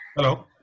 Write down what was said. Hello